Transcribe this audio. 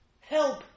help